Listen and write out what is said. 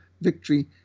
victory